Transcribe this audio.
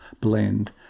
blend